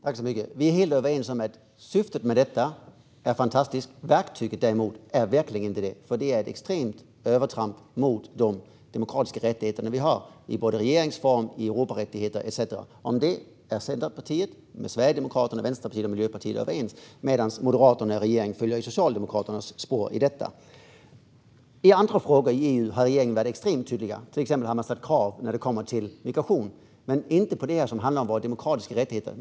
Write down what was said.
Herr talman! Vi är helt överens om att syftet med detta är fantastiskt. Däremot är verktyget verkligen inte det, för det är ett extremt övertramp när det gäller de demokratiska rättigheter vi har enligt regeringsform, Europarättigheter etcetera. Om det är Centerpartiet, Sverigedemokraterna, Vänsterpartiet och Miljöpartiet överens. Men Moderaterna och regeringen följer Socialdemokraternas spår i fråga om detta. I andra frågor i EU har regeringen varit extremt tydlig. Till exempel har man ställt krav när det kommer till migration, men man har inte gjort det i fråga om detta, som handlar om våra demokratiska rättigheter.